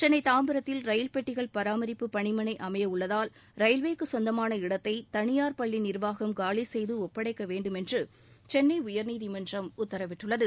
சென்னை தாம்பரத்தில் ரயில் பெட்டிகள் பராமரிப்பு பணிமனை அமையவுள்ளதால் ரயில்வேக்கு சொந்தமான இடத்தை தனியார் பள்ளி நிர்வாகம் காலி செய்து ஒப்படைக்க வேண்டுமென்று சென்னை உயர்நீதிமன்றம் உத்தரவிட்டுள்ளது